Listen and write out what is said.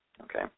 okay